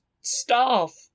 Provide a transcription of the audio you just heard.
staff